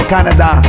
Canada